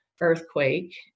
earthquake